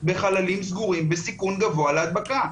בחללים סגורים בסיכון גבוה להדבקה.